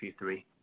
Q3